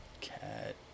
Cat